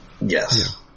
Yes